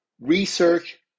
research